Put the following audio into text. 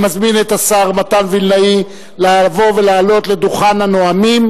אני מזמין את השר מתן וילנאי לבוא ולעלות לדוכן הנואמים,